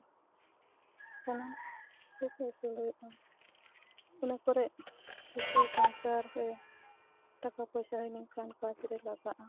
ᱥᱟᱱᱟᱢ ᱠᱚᱜᱮ ᱟᱹᱥᱩᱞ ᱦᱩᱭᱩᱜᱼᱟ ᱤᱱᱟᱹ ᱯᱚᱨᱮ ᱠᱤᱪᱷᱩ ᱥᱚᱝᱥᱟᱨ ᱨᱮ ᱴᱟᱠᱟ ᱯᱚᱭᱥᱟ ᱦᱳᱭ ᱞᱮᱱᱠᱷᱟᱱ ᱠᱟᱡ ᱨᱮ ᱞᱟᱜᱟᱜᱼᱟ